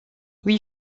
huit